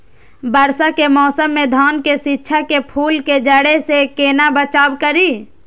वर्षा के मौसम में धान के शिश के फुल के झड़े से केना बचाव करी?